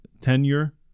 tenure